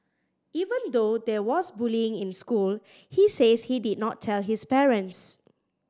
even though there was bullying in school he says he did not tell his parents